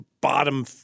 bottom